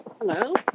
Hello